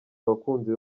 abakunzi